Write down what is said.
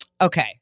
Okay